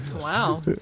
Wow